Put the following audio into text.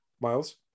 Miles